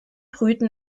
brüten